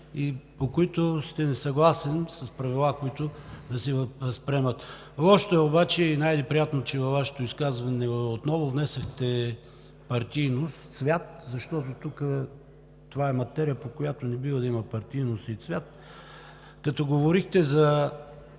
и по които сте несъгласен с правила, които да се възприемат. Лошото обаче и най-неприятно е, че във Вашето изказване отново внесохте партийност, цвят, защото това е материя, по която не бива да има партийност и цвят. Говорихте за